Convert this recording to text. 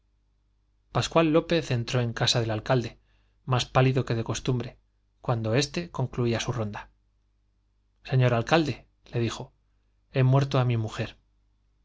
pascual lópez entró en casa del alcalde más pálido que de costumbre cuando éste concluía su ronda señor alcalde le dijo he muerto á mi mujer